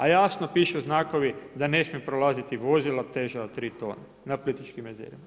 A jasno pišu znakovi da ne smiju prolaziti vozila teža od 3 tona na Plitvičkim jezerima.